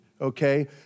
Okay